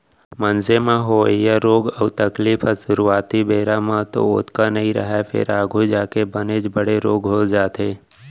मनसे म होवइया रोग अउ तकलीफ ह सुरूवाती बेरा म तो ओतका नइ रहय फेर आघू जाके बनेच बड़े रोग हो जाथे